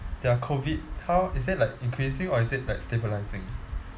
their COVID how is it like increasing or is it like stabilising